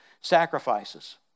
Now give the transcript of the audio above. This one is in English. sacrifices